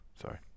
Sorry